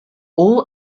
all